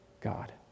God